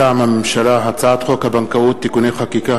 מטעם הממשלה: הצעת חוק הבנקאות (תיקוני חקיקה),